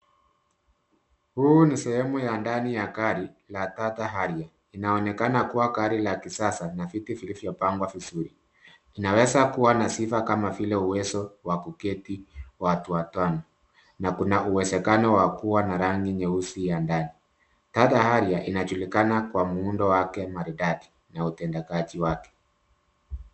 Huu ni sehemu ya ndani ya Toyota Harrier. Inaonekana kuwa gari la kisasa na viti vilivyopangwa vizuri. Inaweza kuwa na sifa kama vile uwezo wa kuketi watu watano na kuna uwezakano wa kuwa na rangi nyeusi ya ndani. Toyota Harrier inajulikana kwa muundo wake maridadi na utendakaji wake.